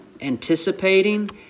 anticipating